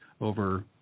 over